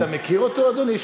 אתה מכיר אותו, אדוני?